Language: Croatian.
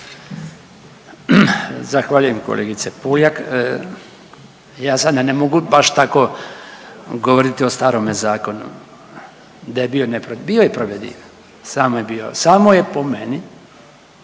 Zahvaljujem kolegice Puljak. Ja sada ne mogu baš tako govoriti o starome zakonu da je bio ne…, bio je provediv, samo je bio samo je po meni